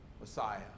Messiah